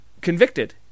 convicted